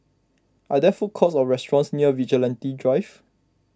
are there food courts or restaurants near Vigilante Drive